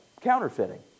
counterfeiting